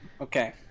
Okay